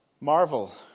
marvel